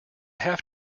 have